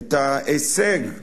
את ההישג הצבאי,